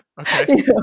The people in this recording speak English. Okay